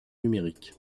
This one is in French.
numérique